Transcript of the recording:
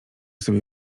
sobie